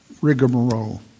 rigmarole